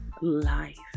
life